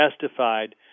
testified